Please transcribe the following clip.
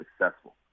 successful